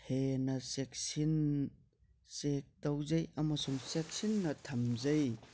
ꯍꯦꯟꯅ ꯆꯦꯛꯁꯤꯟꯅ ꯆꯦꯛ ꯇꯧꯖꯩ ꯑꯃꯁꯨꯡ ꯆꯦꯛꯁꯤꯟꯅ ꯊꯝꯖꯩ